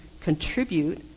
contribute